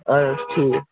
اَہَن حظ ٹھیٖک